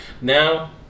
Now